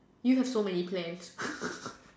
you have so many plans